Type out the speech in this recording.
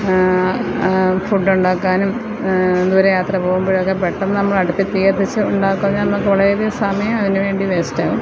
food ഉണ്ടാക്കാനും ദൂരയാത്ര പോകുമ്പോഴൊക്കെ പെട്ടെന്നു നമ്മൾ അടുപ്പിൽ തീ കത്തിച്ച് ഉണ്ടാക്കും നമുക്ക് വളരെയധികം സമയം അതിനു വേണ്ടി വേസ്റ്റാകും